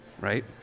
right